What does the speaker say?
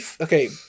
okay